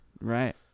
Right